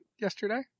yesterday